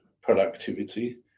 productivity